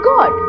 God